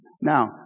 Now